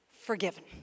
forgiven